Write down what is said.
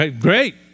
great